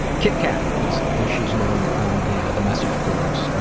kit kat, as as she's known on the ah the message boards,